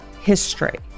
history